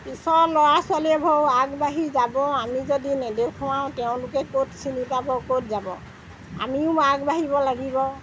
পিছৰ ল'ৰা ছোৱালীবোৰেও আগবাঢ়ি যাব আমি যদি নেদেখুৱাওঁ তেওঁলোকে ক'ত চিনি পাব ক'ত যাব আমিও আগবাঢ়িব লাগিব